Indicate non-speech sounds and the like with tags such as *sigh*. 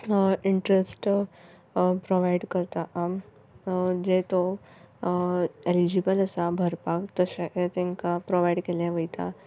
interest provide करता जें तो एलिजिबल आसा भरपाक तशें *unintelligible* तेंका प्रोवाईड केल्लें वयता